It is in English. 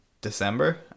December